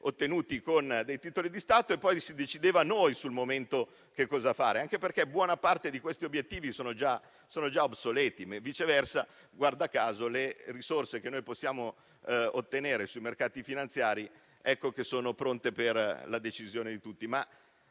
ottenuti con titoli di Stato, per poi decidere noi sul momento che cosa fare, anche perché, mentre buona parte di questi obiettivi sono obsoleti, viceversa, guarda caso, le risorse che possiamo ottenere sui mercati finanziari sono pronte per la decisione di tutti.